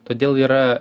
todėl yra